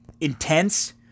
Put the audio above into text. Intense